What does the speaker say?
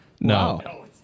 No